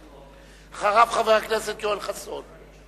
אחריו, חבר הכנסת יואל חסון.